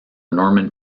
norman